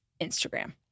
Instagram